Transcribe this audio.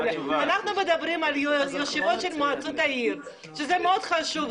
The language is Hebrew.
אנחנו מדברים על ישיבות מועצות העיר שזה מאוד חשוב.